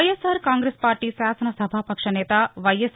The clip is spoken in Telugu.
వైఎస్సార్ కాంగ్రెస్ పార్టీ శాసనసభాపక్ష నేత వైఎస్